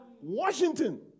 Washington